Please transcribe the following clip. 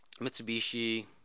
Mitsubishi